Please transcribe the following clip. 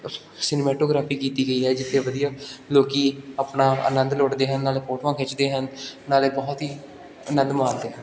cinematography ਕੀਤੀ ਗਈ ਹੈ ਜਿੱਥੇ ਵਧੀਆ ਲੋਕ ਆਪਣਾ ਅਨੰਦ ਲੁੱਟਦੇ ਹਨ ਨਾਲੇ ਫੋਟੋਆਂ ਖਿੱਚਦੇ ਹਨ ਨਾਲੇ ਬਹੁਤ ਹੀ ਅਨੰਦ ਮਾਣਦੇ ਹਨ